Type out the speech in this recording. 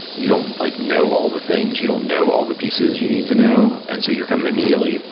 you don't like know all the things. you don't know all the pieces you need to know. and so you're kind of immediately,